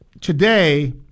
today